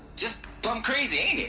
just. plum crazy, ain't it?